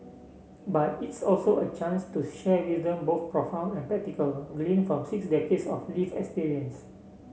but it's also a chance to share wisdom both profound and practical gleaned from six decades of lived experience